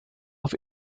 auf